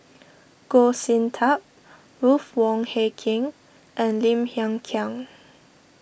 Goh Sin Tub Ruth Wong Hie King and Lim Hng Kiang